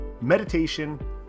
meditation